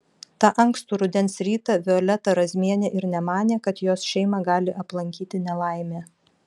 tą ankstų rudens rytą violeta razmienė ir nemanė kad jos šeimą gali aplankyti nelaimė